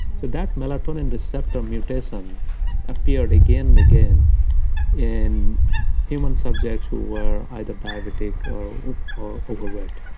so that melatonin receptor mutation appeared again and again in human subjects who were either diabetic or overweight.